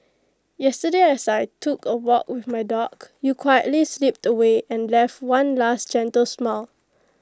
yesterday as I took A walk with my dog you quietly slipped away and left one last gentle smile